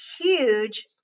huge